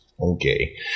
Okay